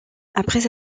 après